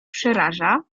przeraża